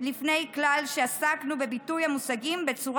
ולפיו ככל שעסקינן בביטוי המגשים בצורה